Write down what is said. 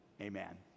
Amen